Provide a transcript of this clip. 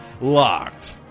Locked